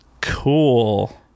Cool